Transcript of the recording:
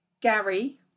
Gary